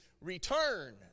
return